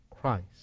Christ